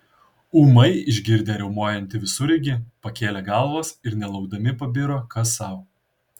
ūmai išgirdę riaumojantį visureigį pakėlė galvas ir nelaukdami pabiro kas sau